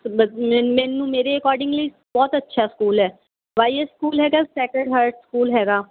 ਮੈਨੂੰ ਮੇਰੇ ਅਕੋਰਡਿੰਗਲੀ ਬਹੁਤ ਅੱਛਾ ਸਕੂਲ ਹੈ ਵਾਈ ਐਸ ਸਕੂਲ ਹੈਗਾ ਸੈਕਰਡ ਹਰਟ ਸਕੂਲ ਹੈਗਾ